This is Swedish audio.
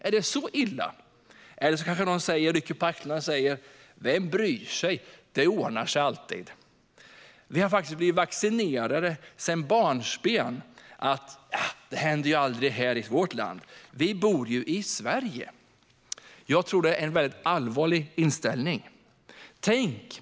Eller så rycker man på axlarna och säger: Vem bryr sig? Det ordnar sig alltid. Sedan barnsben har vi blivit vaccinerade med "Det händer aldrig här i vårt land; vi bor ju i Sverige". Jag tror att det är en farlig inställning.